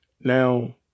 Now